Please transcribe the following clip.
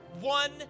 one